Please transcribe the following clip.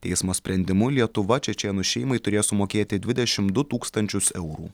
teismo sprendimu lietuva čečėnų šeimai turės sumokėti dvidešim du tūkstančius eurų